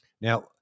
Now